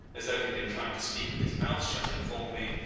as though he had been trying to speak with his mouth shut, informed me,